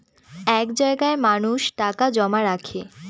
এক জায়গায় মানুষ টাকা জমা রাখে